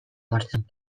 martxan